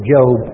Job